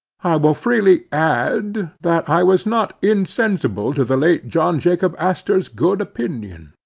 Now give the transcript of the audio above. i will freely add, that i was not insensible to the late john jacob astor's good opinion.